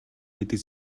гэдэг